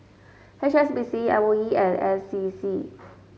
H S B C M O E and N C C